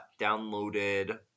downloaded